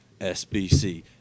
SBC